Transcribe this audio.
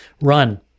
run